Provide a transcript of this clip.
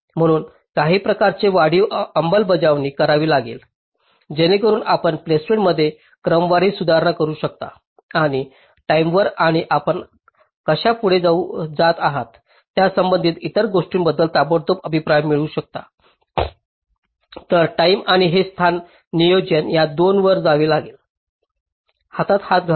म्हणून काही प्रकारचे वाढीव अंमलबजावणी करावी लागेल जेणेकरून आपण प्लेसमेंटमध्ये क्रमवारीत सुधारणा करू शकता आणि टाईमेवर आणि आपण कशा पुढे जात आहात त्या संबंधित इतर गोष्टींबद्दल ताबडतोब अभिप्राय मिळू शकता तर टाईम आणि हे स्थान नियोजन या 2 वर जावे लागेल हातात हात घालून